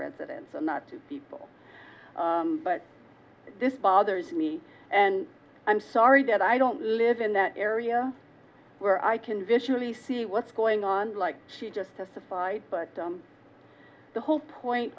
residence and not to people but this bothers me and i'm sorry that i don't live in that area where i can visually see what's going on like she just testified but the whole point